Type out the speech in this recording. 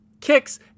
kicks